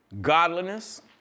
godliness